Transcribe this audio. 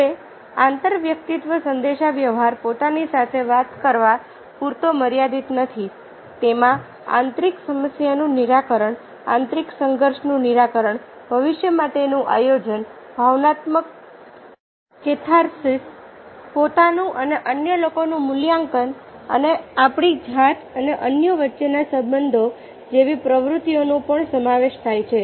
હવે આંતરવ્યક્તિત્વ સંદેશાવ્યવહાર પોતાની સાથે વાત કરવા પૂરતો મર્યાદિત નથી તેમાં આંતરિક સમસ્યાનું નિરાકરણ આંતરિક સંઘર્ષનું નિરાકરણ ભવિષ્ય માટેનું આયોજન ભાવનાત્મક કેથાર્સિસ પોતાનું અને અન્ય લોકોનું મૂલ્યાંકન અને આપણી જાત અને અન્યો વચ્ચેના સંબંધો જેવી પ્રવૃત્તિઓનો પણ સમાવેશ થાય છે